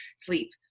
sleep